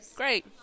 great